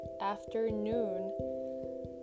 afternoon